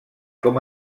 com